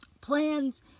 plans